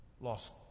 lost